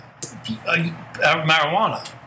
Marijuana